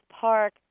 park